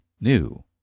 new